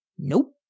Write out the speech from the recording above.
Nope